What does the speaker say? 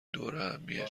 دورهمیه